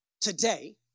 today